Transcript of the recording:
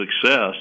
success